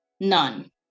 None